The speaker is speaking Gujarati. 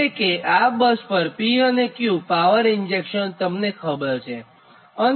એટલે કે આ બસ પર P અને Q પાવર ઇંજેક્શન તમને ખબર છે